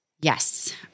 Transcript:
Yes